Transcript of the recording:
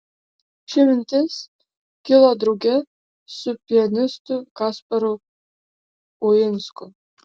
ši mintis kilo drauge su pianistu kasparu uinsku